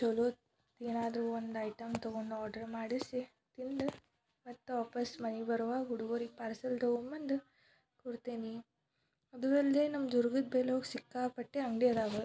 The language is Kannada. ಚಲೋ ಏನಾದರೂ ಒಂದು ಐಟಮ್ ತಗೊಂಡು ಆರ್ಡ್ರ್ ಮಾಡಿಸಿ ತಿಂದು ಮತ್ತು ವಾಪಸ್ ಮನಿಗೆ ಬರುವಾಗ ಹುಡುಗುರಿಗೆ ಪಾರ್ಸೆಲ್ ತಗೊಂಡ್ಬಂದು ಕೊಡ್ತೇನೆ ಅದೂ ಅಲ್ಲದೆ ನಮ್ಮ ದುರ್ಗದ ಬಯಲಾಗ್ ಸಿಕ್ಕಾಪಟ್ಟೆ ಅಂಗಡಿ ಅದಾವ